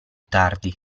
tardi